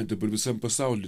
dabar visam pasauly